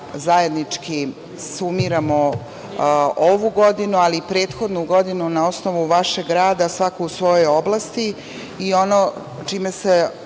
zajednički sumiramo ovu godinu, ali i prethodnu godinu na osnovu vašeg rada svako u svoj oblasti. Ono čime se